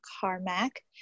Carmack